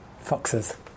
Foxes